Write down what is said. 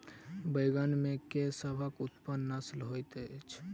बैंगन मे केँ सबसँ उन्नत नस्ल होइत अछि?